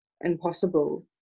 impossible